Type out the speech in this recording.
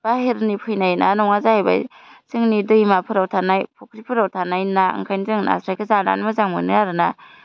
बाहेरनि फैनाय ना नङा जाहैबाय जोंनि दैमाफ्राव थानाय फ'ख्रिफोराव थानाय ना ओंखायनो जों नास्रायखौ जानानै मोजां मोनो आरोना